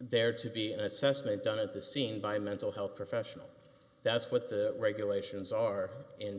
there to be an assessment done at the scene by mental health professionals that's what the regulations are in